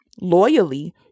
loyally